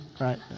right